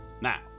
Now